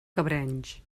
cabrenys